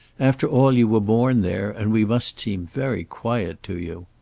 after all, you were born there, and we must seem very quiet to you.